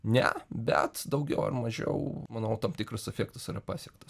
ne bet daugiau ar mažiau manau tam tikras efektas yra pasiektas